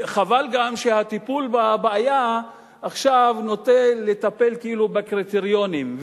חבל גם שהטיפול בבעיה עכשיו נוטה לטפל כאילו בקריטריונים,